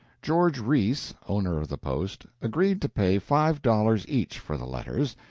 george reese, owner of the post, agreed to pay five dollars each for the letters,